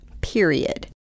period